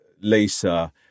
Lisa